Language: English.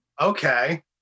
Okay